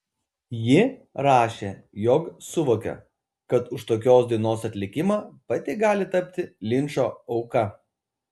ji rašė jog suvokė kad už tokios dainos atlikimą pati gali tapti linčo auka